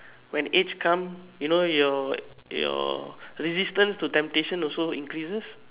when age come you know your your resistance to temptation also increases